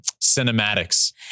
cinematics